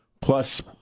plus